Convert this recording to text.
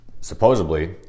supposedly